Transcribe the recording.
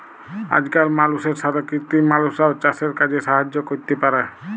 আজকাল মালুষের সাথ কৃত্রিম মালুষরাও চাসের কাজে সাহায্য ক্যরতে পারে